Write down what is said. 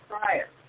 prior